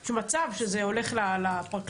או מצב שבו זה הולך לפרקליטות,